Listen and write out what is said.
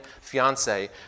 fiance